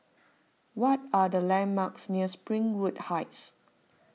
what are the landmarks near Springwood Heights